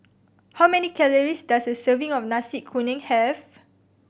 how many calories does a serving of Nasi Kuning have